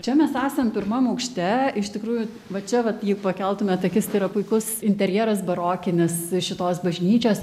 čia mes esam pirmam aukšte iš tikrųjų va čia vat jūs pakeltumėte akis tai yra puikus interjeras barokinis šitos bažnyčios